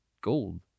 gold